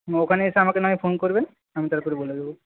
হুম ওখানে এসে আমাকে না হয় ফোন করবেন আমি তারপরে বলে দেব